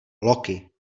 loki